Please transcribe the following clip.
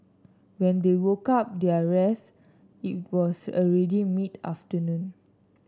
when they woke up their rest it was already mid afternoon